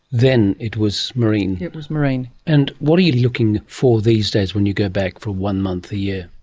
then it was marine. it was marine. and what are you looking for these days when you go back for one month a year?